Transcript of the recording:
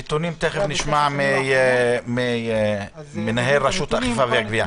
הנתונים נשמע ממנהל רשות האכיפה והגבייה.